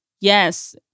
yes